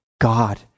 God